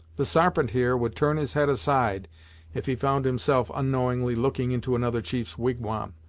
the sarpent, here, would turn his head aside if he found himself onknowingly lookin' into another chief's wigwam,